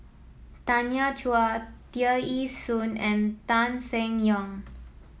Tanya Chua Tear Ee Soon and Tan Seng Yong